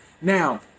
Now